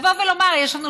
לבוא ולומר: יש לנו